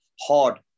hard